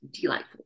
delightful